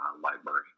library